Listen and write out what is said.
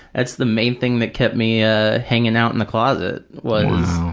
that's the main thing that kept me ah hanging out in the closet, was